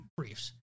briefs